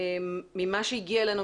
ממה שהגיע אלינו,